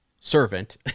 servant